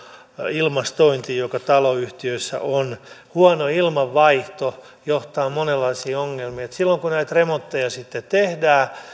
ilmastointiin joka taloyhtiöissä on huono ilmanvaihto johtaa monenlaisiin ongelmiin ja silloin kun näitä remontteja tehdään